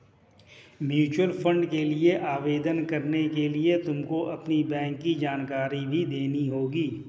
mutual fund के लिए आवेदन करने के लिए तुमको अपनी बैंक की जानकारी भी देनी होगी